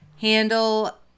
handle